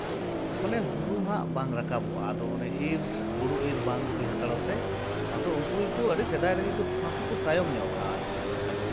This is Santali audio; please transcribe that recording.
ᱢᱟᱱᱮ ᱦᱩᱲᱩ ᱦᱟᱸᱜ ᱵᱟᱝ ᱨᱟᱠᱟᱵᱚᱜᱼᱟ ᱟᱫᱚ ᱚᱱᱟ ᱤᱨ ᱦᱩᱲᱩ ᱤᱨ ᱵᱟᱝ ᱦᱩᱭ ᱦᱟᱛᱟᱲᱚᱜ ᱛᱮ ᱟᱫᱚ ᱩᱱᱠᱩ ᱜᱮᱠᱚ ᱟᱹᱰᱤ ᱥᱮᱫᱟᱭ ᱨᱮᱜᱮ ᱠᱚ ᱱᱟᱥᱮ ᱠᱚ ᱛᱟᱭᱚᱢ ᱧᱚᱜ ᱠᱟᱜᱼᱟ ᱟᱨᱠᱤ ᱥᱚᱨᱦᱟᱭ ᱫᱚ